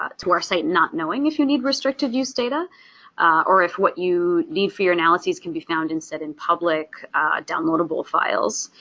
to our site, not knowing if you need restricted-use data or if what you need for your analyses can be found instead in public downloadable files.